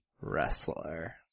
wrestler